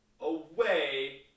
away